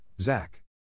Zach